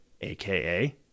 aka